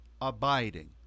abiding